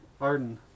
Arden